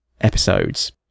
episodes